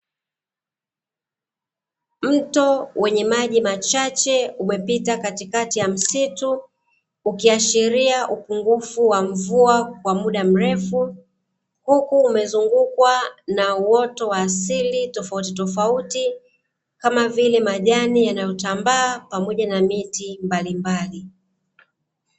Mto wenye maji machache umepita katikati ya msitu ukiashiria upungufu wa mvua kwa muda mrefu, huku umezungukwa na uoto wa asili tofauti tofauti kama vile majani yanayotambaa pamoja na miti mbalimbali.